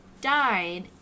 died